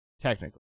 Technically